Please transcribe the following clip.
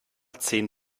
zehn